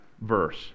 verse